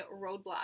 roadblock